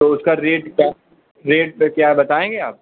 तो उसका रेट का रेट का क्या है बताएंगे आप